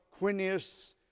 Quinius